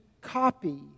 copy